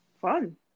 fun